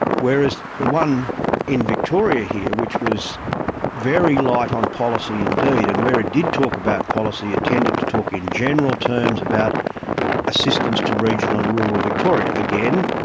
whereas the one in victoria here, which was very light on policy indeed, and where it did talk about policy it tended to talk in general terms about assistance to regional and rural victoria. again,